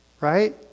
right